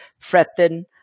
threaten